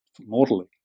mortally